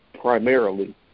primarily